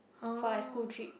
for my school trip